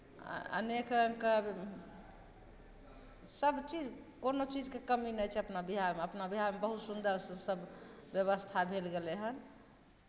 अनेक रङ्गके सभचीज कोनो चीजके कमी नहि छै अपना बिहारमे अपना बिहारमे बहुत सुन्दरसँ सभ व्यवस्था भेल गेलै हन